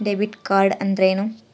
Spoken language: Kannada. ಡೆಬಿಟ್ ಕಾರ್ಡ್ ಅಂದ್ರೇನು?